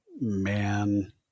man